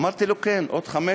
אמרתי לו: כן, עוד חמש,